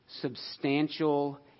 substantial